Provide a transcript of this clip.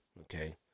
Okay